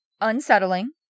Unsettling